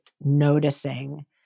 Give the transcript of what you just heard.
noticing